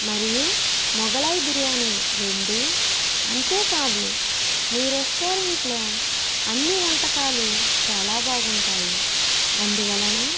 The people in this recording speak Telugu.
మరియు మొగలాయి బిర్యానీ రెండు అంతేకాదు నీ రెస్టారెంట్లో అన్ని వంటకాలు చాలా బాగుంటాయి అందువలన